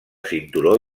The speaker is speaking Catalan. cinturó